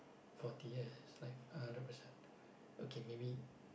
forty years like a hundred percent okay maybe